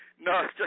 no